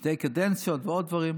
שתי קדנציות ועוד דברים,